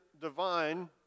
divine